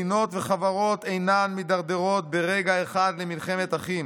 מדינות וחברות אינן מידרדרות ברגע אחד למלחמת אחים.